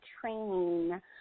training